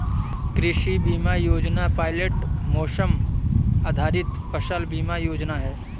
कृषि बीमा योजना पायलट मौसम आधारित फसल बीमा योजना है